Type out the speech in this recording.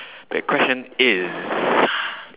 the question is